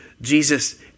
Jesus